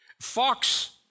Fox